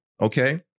Okay